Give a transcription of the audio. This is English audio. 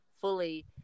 fully